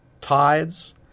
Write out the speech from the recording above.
tides